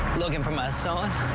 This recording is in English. looking for my son.